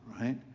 right